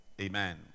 Amen